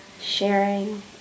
sharing